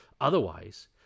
Otherwise